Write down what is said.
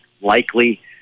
likely